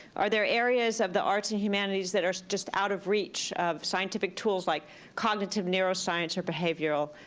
are there areas of the arts and humanities that are just out of reach of scientific tools, like cognitive neuroscience, or behavioral,